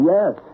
Yes